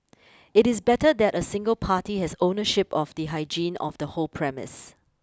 it is better that a single party has ownership of the hygiene of the whole premise